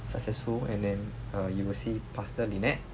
successful and then you will see pastor lynette